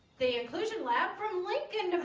the inclusion lab from like kind of